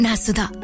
Nasuda